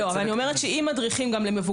אני אומרת שאם לא יהיו בשטח מדריכים גם למבוגרים,